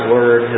Word